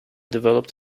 developed